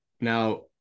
now